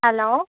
hello